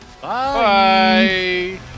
Bye